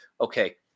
Okay